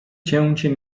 cięcie